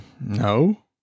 No